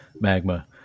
magma